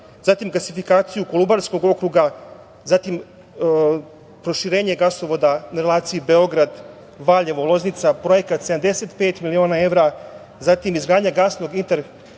Zatim, gasifikaciju Kolubarskog okruga, zatim proširenje gasovoda na relaciji Beograd-Valjevo-Loznica, projekat 75 miliona evra. Zatim, izgradnja gasnog